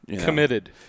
committed